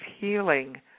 healing